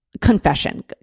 confession